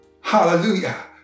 Hallelujah